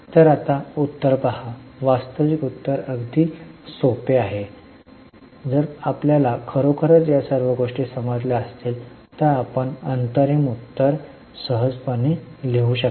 तर आता उत्तर पहा वास्तविक उत्तर अगदी सोपे आहे जर आपल्याला खरोखरच या सर्व गोष्टी समजल्या असतील तर आपण अंतिम उत्तर सहजपणे लिहू शकता